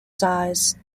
size